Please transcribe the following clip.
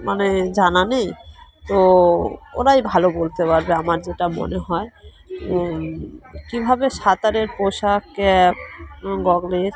মানে জানা নেই তো ওরাই ভালো বলতে পারবে আমার যেটা মনে হয় কীভাবে সাঁতারের পোশাক গগলের